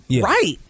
right